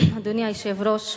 אדוני היושב-ראש,